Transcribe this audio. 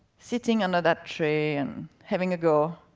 sitting under that tree, and having a go,